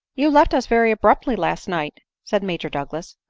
you left us very abruptly last night, said major douglas.